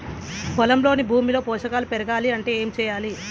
పొలంలోని భూమిలో పోషకాలు పెరగాలి అంటే ఏం చేయాలి?